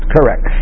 Correct